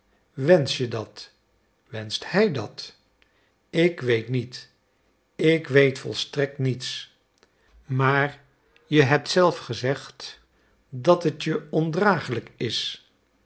wensch je dat wenscht hij dat ik weet niet ik weet volstrekt niets maar je hebt zelf gezegd dat het je ondragelijk is